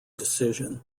decision